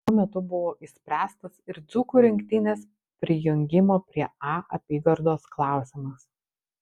tuo metu buvo išspręstas ir dzūkų rinktinės prijungimo prie a apygardos klausimas